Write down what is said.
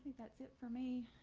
that's it for me.